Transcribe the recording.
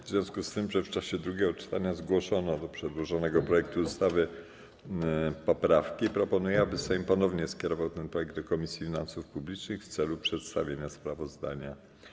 W związku z tym, że w czasie drugiego czytania zgłoszono do przedłożonego projektu ustawy poprawki, proponuję, aby Sejm ponownie skierował ten projekt do Komisji Finansów Publicznych w celu przedstawienia sprawozdania.